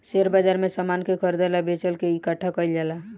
share बाजार में समान के खरीदल आ बेचल के इकठ्ठा कईल जाला